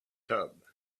tub